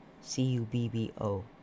C-U-B-B-O